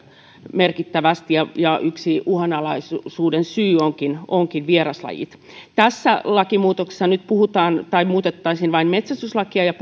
merkittävästi ja ja yksi uhanalaisuuden syy onkin onkin vieraslajit tässä lakimuutoksessa nyt muutettaisiin vain metsästyslakia ja